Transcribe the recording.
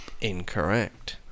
Incorrect